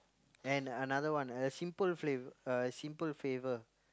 and another one a Simple F~ a Simple Favor